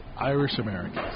Irish-Americans